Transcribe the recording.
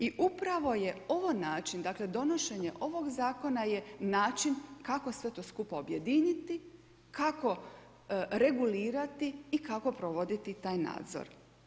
I upravo je ovo način, dakle donošenje ovog zakona je način kako sve to skupa objediniti, kako regulirati i kako provoditi taj nadzor.